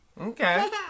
Okay